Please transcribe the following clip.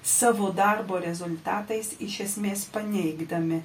savo darbo rezultatais iš esmės paneigdami